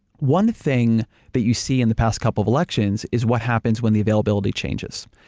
one thing that you see in the past couple of elections is what happens when the availability changes.